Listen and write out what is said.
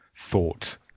thought